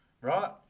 Right